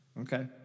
Okay